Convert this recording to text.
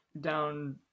down